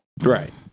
Right